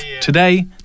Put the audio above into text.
Today